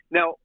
Now